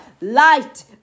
light